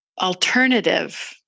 alternative